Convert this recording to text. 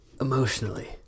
emotionally